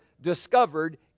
discovered